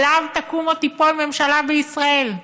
עליו תקום או תיפול ממשלה בישראל.